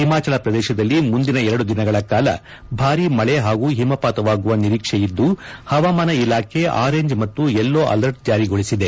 ಹಿಮಾಚಲ ಪ್ರದೇಶದಲ್ಲಿ ಮುಂದಿನ ಎರಡು ದಿನಗಳ ಕಾಲ ಭಾರೀ ಮಳೆ ಹಾಗೂ ಹಿಮಪಾತವಾಗುವ ನಿರೀಕ್ಷೆಯಿದ್ದು ಹವಾಮಾನ ಇಲಾಖೆ ಆರೆಂಜ್ ಮತ್ತು ಯೆಲ್ಲೋ ಅಲರ್ಟ್ ಜಾರಿಗೊಳಿಸಿದೆ